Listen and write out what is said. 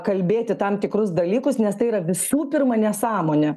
kalbėti tam tikrus dalykus nes tai yra visų pirma nesąmonė